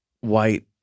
white